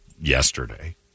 yesterday